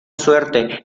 suerte